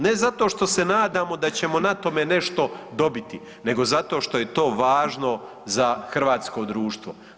Ne zato što se nadamo da ćemo na tome nešto dobiti nego zato što je to važno za hrvatsko društvo.